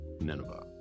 Nineveh